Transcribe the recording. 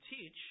teach